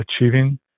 achieving